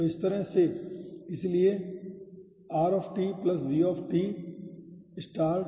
तो इस तरह से इसलिए r v delta t